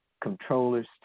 controllers